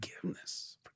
Forgiveness